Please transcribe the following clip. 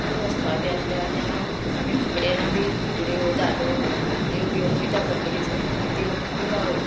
खंय वचपा बी आसलें आनी हांव आमी फुगड्यां बीन फुगड्यो धालो ह्यो घेवन वयता कंपिटिशना बी ती म्हाका खूब आवडटा